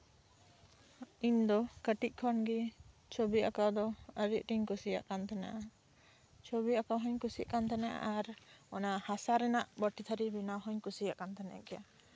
ᱤᱧ ᱫᱚ ᱠᱟᱹᱴᱤᱡ ᱠᱷᱚᱱᱜᱮ ᱪᱷᱚᱵᱤ ᱟᱸᱠᱟᱣ ᱫᱚ ᱟᱹᱰᱤ ᱟᱸᱴᱤᱧ ᱠᱩᱥᱤᱭᱟᱜ ᱠᱟᱱ ᱛᱟᱦᱮᱸᱱᱟ ᱪᱷᱚᱵᱤ ᱟᱸᱠᱟᱣ ᱦᱩᱧ ᱠᱩᱥᱤᱭᱟᱜ ᱠᱟᱱᱟ ᱛᱟᱦᱮᱸ ᱟᱨ ᱚᱱᱟ ᱦᱟᱥᱟ ᱨᱮᱭᱟᱜ ᱵᱟᱹᱴᱤ ᱛᱷᱟᱹᱨᱤ ᱵᱮᱱᱟᱣ ᱦᱚᱸᱧ ᱠᱩᱥᱤᱭᱟᱜ ᱠᱟᱱ ᱛᱟᱦᱮᱸᱱᱟ